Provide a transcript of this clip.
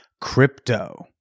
crypto